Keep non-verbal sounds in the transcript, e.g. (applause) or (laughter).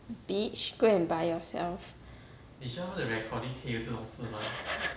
bitch go and buy yourself (breath)